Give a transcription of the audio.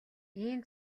ийм